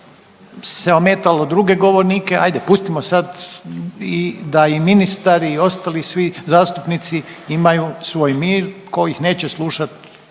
se ometalo druge govornike, adje pustimo sad da i ministar i ostali svi zastupnici imaju svoj mir. Tko ih neće slušat